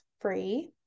free